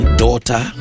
daughter